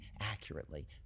accurately